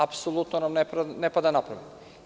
Apsolutno nam ne pada na pamet.